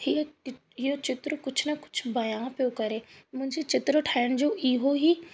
इहो चित्र इहो चित्र कुझु न कुझु बया पियो करे मुंहिंजे चित्र ठाहिण जो इहो ई